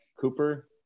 Cooper